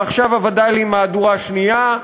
ועכשיו הווד"לים מהדורה שנייה,